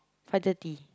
five thirty